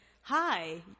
hi